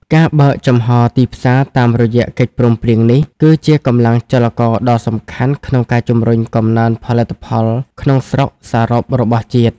ការបើកចំហទីផ្សារតាមរយៈកិច្ចព្រមព្រៀងនេះ គឺជាកម្លាំងចលករដ៏សំខាន់ក្នុងការជំរុញកំណើនផលិតផលក្នុងស្រុកសរុបរបស់ជាតិ។